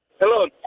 Hello